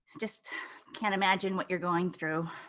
just can't imagine what you're going through.